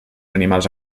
animals